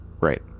Right